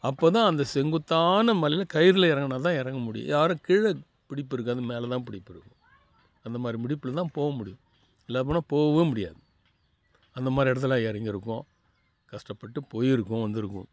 அப்போ தான் அந்த செங்குத்தான மலையில கயிறில் இறங்குனா தான் இறங்க முடியும் யாரும் கீழே பிடிப்பு இருக்காது மேலே தான் பிடிப்பு இருக்கும் அந்த மாதிரி மிடிப்பில் தான் போ முடியும் இல்லா போனால் போகவே முடியாது அந்த மாதிரி இடத்துல இறங்கிருக்கோம் கஷ்டப்பட்டு போயிருக்கோம் வந்திருக்கோம்